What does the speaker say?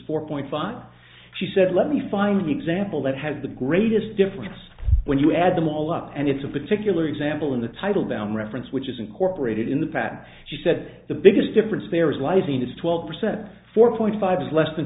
four point five she said let me find the example that has the greatest difference when you add them all up and it's a particular example in the title down reference which is incorporated in the pack she said the biggest difference there is lies in its twelve percent four point five is less than